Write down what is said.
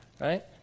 right